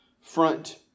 front